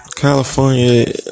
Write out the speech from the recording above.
California